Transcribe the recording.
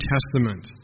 Testament